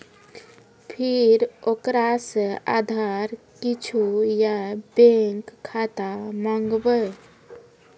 फिर ओकरा से आधार कद्दू या बैंक खाता माँगबै?